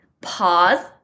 Pause